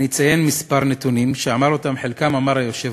כמה נתונים, את חלקם אמר היושב-ראש.